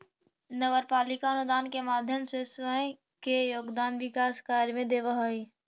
नगर पालिका अनुदान के माध्यम से स्वयं के योगदान विकास कार्य में देवऽ हई